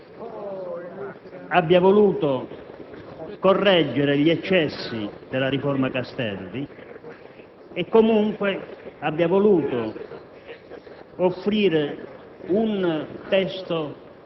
Io credo che questa maggioranza abbia voluto correggere gli eccessi della riforma Castelli e comunque abbia voluto